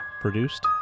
produced